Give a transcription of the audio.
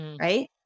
Right